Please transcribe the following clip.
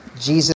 Jesus